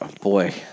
boy